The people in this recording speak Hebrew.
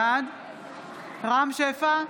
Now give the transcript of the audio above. בעד רם שפע,